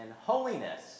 holiness